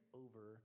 over